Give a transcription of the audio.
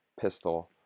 pistol